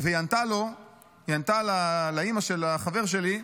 והיא ענתה לאימא של החבר שלי: